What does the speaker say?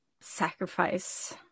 sacrifice